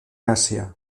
asia